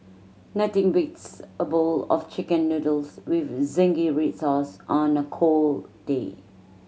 nothing beats a bowl of Chicken Noodles with zingy red sauce on a cold day